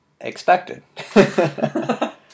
expected